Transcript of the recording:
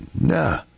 nah